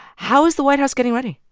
how is the white house getting ready?